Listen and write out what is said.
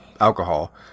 alcohol